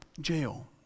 jail